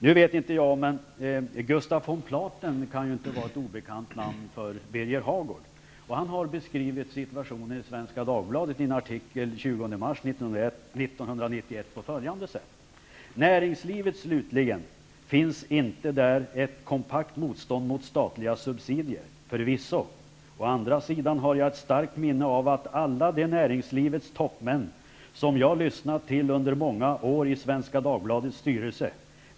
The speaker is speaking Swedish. Gustaf von Platen kan inte vara ett obekant namn för Birger Hagård. Han har beskrivit situationen i ''Näringslivet slutligen -- finns inte där ett kompakt motstånd mot statliga subsidier? Förvisso. Å andra sidan har jag ett starkt minne av alla de näringslivets toppmän som jag lyssnat till under många år i Svenska Dagbladets styrelse.